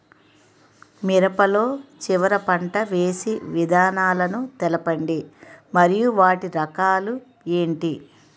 మిరప లో చివర పంట వేసి విధానాలను తెలపండి మరియు వాటి రకాలు ఏంటి